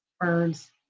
birds